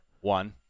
One